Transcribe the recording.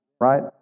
Right